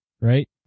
right